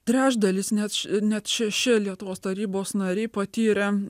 trečdalis net net šeši lietuvos tarybos nariai patyrė